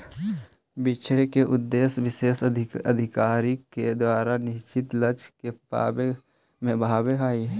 बिछड़े के उद्देश्य विशेष अधिकारी के द्वारा निश्चित लक्ष्य के पावे में होवऽ हई